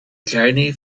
kleine